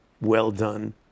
well-done